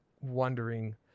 wondering